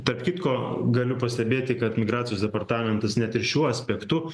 tarp kitko galiu pastebėti kad migracijos departamentas net ir šiuo aspektu